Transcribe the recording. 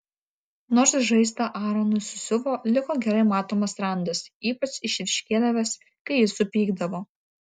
nors žaizdą aronui susiuvo liko gerai matomas randas ypač išryškėdavęs kai jis supykdavo